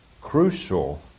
crucial